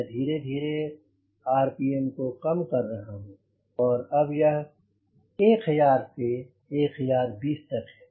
मैं धीरे धीरे आरपीएम को काम कर रहा हूँ और अब यह 1000 से 1020 तक है